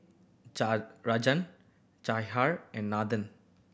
Rajan Jahangir and Nathan